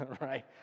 right